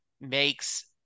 makes